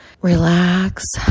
relax